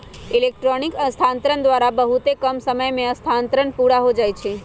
electronic स्थानान्तरण के द्वारा बहुते कम समय में स्थानान्तरण पुरा हो जाइ छइ